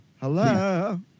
Hello